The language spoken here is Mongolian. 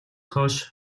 хойш